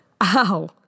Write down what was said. Ow